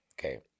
Okay